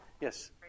Yes